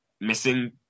missing